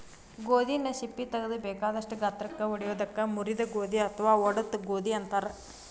ಗೋಧಿನ ಸಿಪ್ಪಿ ತಗದು ಬೇಕಾದಷ್ಟ ಗಾತ್ರಕ್ಕ ಒಡಿಯೋದಕ್ಕ ಮುರಿದ ಗೋಧಿ ಅತ್ವಾ ಒಡದ ಗೋಧಿ ಅಂತಾರ